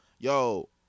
Yo